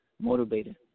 motivated